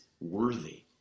worthy